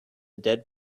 dead